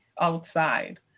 outside